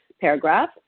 paragraph